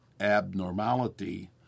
abnormality